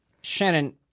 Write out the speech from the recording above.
Shannon